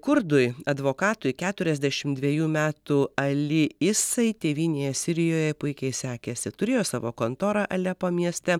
kurdui advokatui keturiasdešim dvejų metų ali isai tėvynėje sirijoje puikiai sekėsi turėjo savo kontorą alepo mieste